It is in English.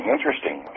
Interesting